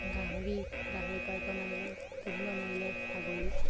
গাহৰি গাহৰি পুহিব নোৱাৰিলেও পুহি নোৱাৰিলে ছাগলী